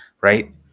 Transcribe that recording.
right